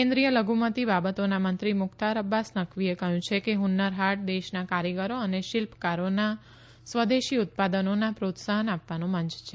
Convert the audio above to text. કેન્દ્રીય લધુમતી બાબતોના મંત્રી મુખ્તાર અબ્બાસ નકવીએ કહ્યું છે કે હૃન્નર હાટ દેશના કારીગરો અને શિલ્પકારોના સ્વદેશી ઉત્પાદનોને પ્રોત્સાહન આપવાનો મંય છે